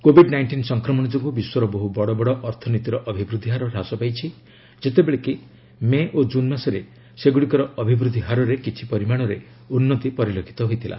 Covid nineteen ସଂକ୍ରମଣ ଯୋଗୁଁ ବିଶ୍ୱର ବହୁ ବଡ଼ବଡ଼ ଅର୍ଥନୀତିର ଅଭିବୃଦ୍ଧି ହାର ହ୍ରାସ ପାଇଛି ଯେତେବେଳେ କି ମେ ଓ ଜୁନ୍ ମାସରେ ସେଗୁଡ଼ିକର ଅଭିବୃଦ୍ଧି ହାରରେ କିଛି ପରିମାଣରେ ଉନ୍ତି ପରିଲକ୍ଷିତ ହୋଇଥିଲା